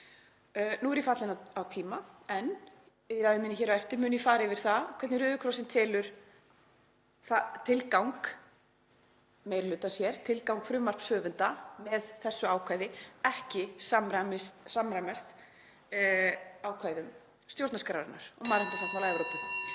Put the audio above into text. Nú er ég fallin á tíma en í ræðu minni hér á eftir mun ég fara yfir það hvernig Rauði krossinn telur tilgang meiri hlutans, tilgang frumvarpshöfunda, með þessu ákvæði ekki samræmast ákvæðum stjórnarskrárinnar og mannréttindasáttmála Evrópu.